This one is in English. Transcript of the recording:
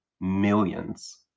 millions